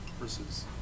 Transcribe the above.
versus